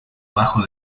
bajo